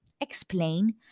explain